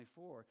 24